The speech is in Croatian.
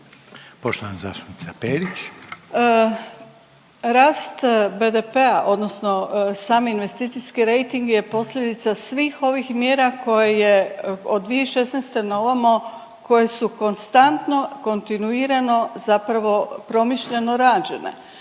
Grozdana (HDZ)** Rast BDP-a odnosno sami investicijski rejting je posljedica svih ovih mjera koje je od 2016. naovamo koje su konstantno, kontinuirano zapravo promišljeno rađene